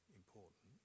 important